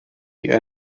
wir